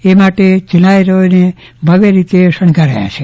એ માટે જિનાલયોને ભવ્ય રીતે શણગાર્યા છે